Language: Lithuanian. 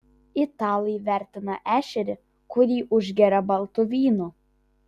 italai vertina ešerį kurį užgeria baltu vynu